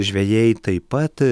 žvejai taip pat